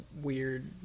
Weird